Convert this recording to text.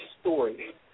story